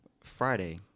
Friday